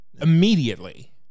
immediately